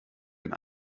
den